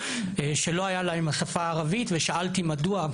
שלא הייתה להם שפה ערבית ושאלתי מדוע.